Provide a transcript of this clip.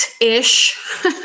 ish